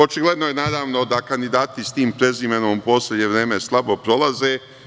Očigledno je naravno da kandidati sa tim prezimenom u poslednje vreme slabo prolaze.